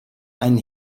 einen